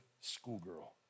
schoolgirl